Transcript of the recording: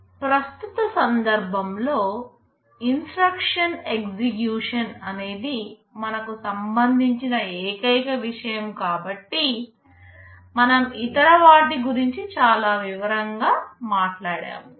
ప్రస్తుత సందర్భంలో instruction execution అనేది మనకు సంబంధించిన ఏకైక విషయం కాబట్టి మనం ఇతర వాటి గురించి చాలా వివరంగా మాట్లాడము